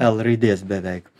l raidės beveik